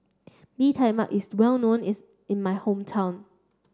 Bee Tai Mak is well known is in my hometown